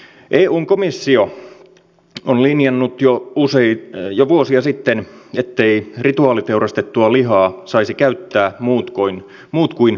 eun komissio on linjannut jo vuosia sitten etteivät rituaaliteurastettua lihaa saisi käyttää muut kuin uskonnolliset ryhmät